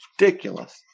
ridiculous